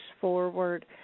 forward